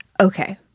okay